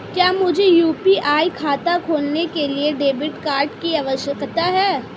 क्या मुझे यू.पी.आई खाता खोलने के लिए डेबिट कार्ड की आवश्यकता है?